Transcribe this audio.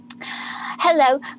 hello